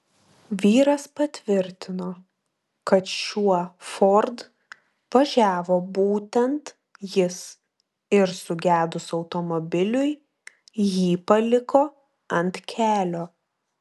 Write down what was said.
vyras patvirtino kad šiuo ford važiavo būtent jis ir sugedus automobiliui jį paliko ant kelio